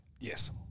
Yes